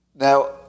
Now